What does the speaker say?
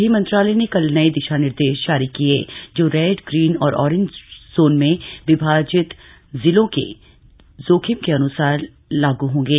गृहमंत्रालय ने कल नये दिशा निर्देश जारी किये जो रेड ग्रीन और ऑरेंज जोन में विभाजित जिलों के जोखिम के अन्सार लागू होंगे